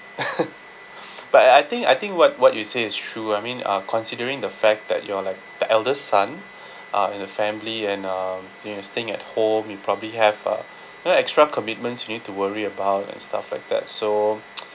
but I I think I think what what you say is true I mean uh considering the fact that you are like the eldest son uh in the family and um you know staying at home you probably have uh you know extra commitments you need to worry about and stuff like that so